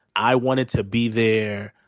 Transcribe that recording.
i wanted to be there.